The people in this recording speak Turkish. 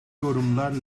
yorumlar